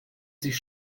sich